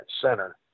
center